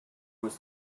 was